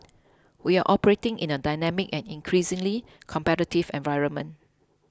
we are operating in a dynamic and increasingly competitive environment